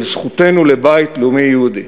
של זכותנו לבית לאומי יהודי.